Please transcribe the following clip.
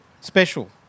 special